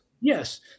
Yes